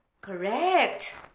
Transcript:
Correct